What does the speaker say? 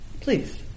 Please